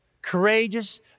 courageous